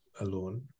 alone